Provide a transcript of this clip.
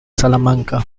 salamanca